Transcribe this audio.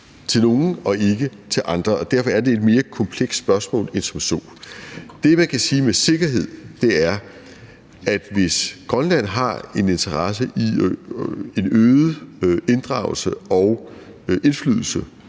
til nogle og ikke til andre, og derfor er det et mere komplekst spørgsmål end som så. Det, som man kan sige med sikkerhed, er, at hvis Grønland har en interesse i en øget inddragelse og indflydelse